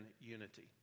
unity